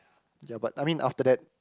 ya but I mean after that